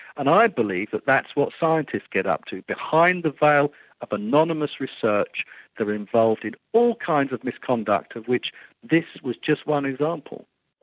and i believe that that's what scientists get up to, behind the veil of anonymous research they're involved in all kinds of misconduct of which this was just one example.